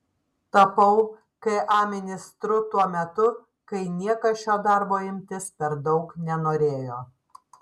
tapau ka ministru tuo metu kai niekas šio darbo imtis per daug nenorėjo